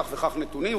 כך וכך נתונים,